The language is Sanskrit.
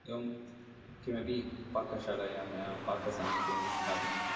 एवं किमपि पाकशालायां पाकसमये किमपि स्थापनीयं चेत्